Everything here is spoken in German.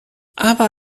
aber